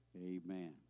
Amen